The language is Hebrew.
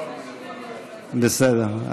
אדוני, בסדר.